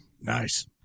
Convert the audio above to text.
Nice